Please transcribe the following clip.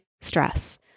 stress